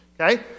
Okay